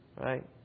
Right